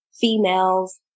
females